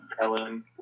Ellen